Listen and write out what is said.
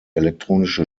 elektronische